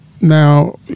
now